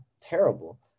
terrible